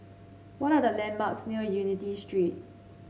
what are the landmarks near Unity Street